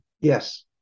Yes